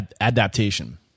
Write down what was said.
adaptation